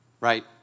Right